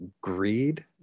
greed